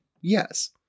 Yes